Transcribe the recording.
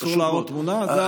אסור להראות תמונה, זו הבעיה?